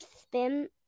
spin